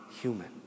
human